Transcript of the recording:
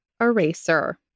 Eraser